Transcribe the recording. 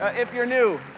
ah if you're new,